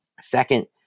Second